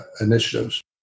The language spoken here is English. initiatives